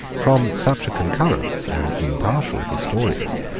from such a concurrence, an impartial historian,